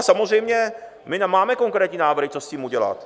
Samozřejmě máme konkrétní návrhy, co s tím udělat.